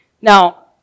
Now